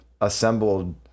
assembled